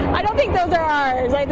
i don't think those are ours, like